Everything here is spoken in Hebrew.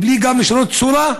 גם בלי לשנות צורה.